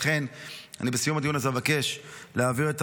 לכן בסיום הדיון הזה אבקש להעביר את